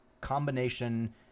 combination